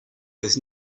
was